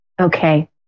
Okay